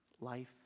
Life